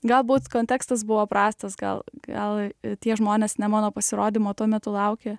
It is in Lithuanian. galbūt kontekstas buvo prastas gal gal tie žmonės ne mano pasirodymo tuo metu laukė